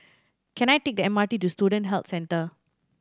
can I take the M R T to Student Health Centre